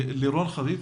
לירון חביב,